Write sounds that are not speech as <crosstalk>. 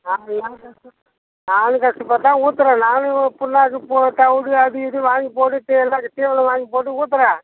அதெலாம் கஷ்டம் <unintelligible> கறந்துப்பார்த்துதான் ஊத்துகிறோம் நாங்களும் பிண்ணாக்கு தவிடு அது இது வாங்கி போட்டுவிட்டு எல்லார்கிட்டவும் இவ்வளோ வாங்கி போட்டு ஊத்துகிறேன்